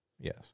Yes